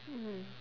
mm